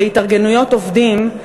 להתארגנויות עובדים,